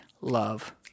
love